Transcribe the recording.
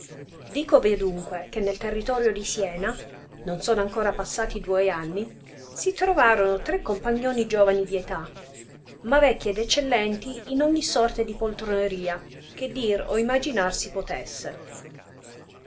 intenderete dicovi adunque che nel territorio di siena non sono ancora passati duoi anni si trovarono tre compagnoni giovani di età ma vecchi ed eccellenti in ogni sorte di poltroneria che dir o imaginar si potesse